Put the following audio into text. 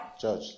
Judge